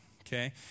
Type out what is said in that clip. Okay